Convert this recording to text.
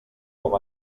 com